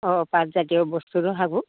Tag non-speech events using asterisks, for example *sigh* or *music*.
অঁ পাতজাতীয় বস্তুটো *unintelligible*